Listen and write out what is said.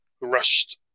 rushed